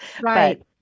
right